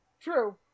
True